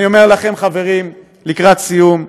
אני אומר לכם, חברים, לקראת סיום,